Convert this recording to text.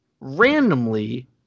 randomly